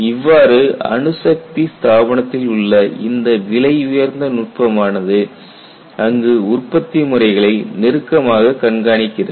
இவ்வாறு அணுசக்தி ஸ்தாபனத்தில் உள்ள இந்த விலையுயர்ந்த நுட்பமானது அங்கு உற்பத்தி முறைகளை நெருக்கமாக கண்காணிக்கிறது